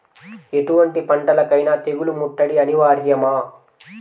ఎటువంటి పంటలకైన తెగులు ముట్టడి అనివార్యమా?